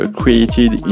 created